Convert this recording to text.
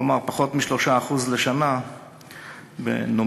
כלומר, פחות מ-3% לשנה נומינלי.